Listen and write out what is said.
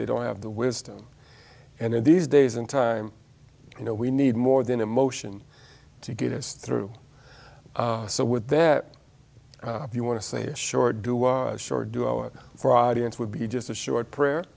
they don't have the wisdom and these days in time you know we need more than emotion to get us through so with that if you want to say a short do a short do our for audience would be just a short prayer